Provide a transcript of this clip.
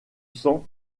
sang